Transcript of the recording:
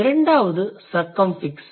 இரண்டாவது சர்கம்ஃபிக்ஸிங்